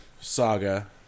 Saga